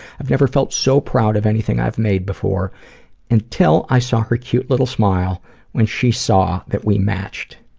i've never felt so proud of anything i've made before until i saw her cute little smile when she saw that we matched.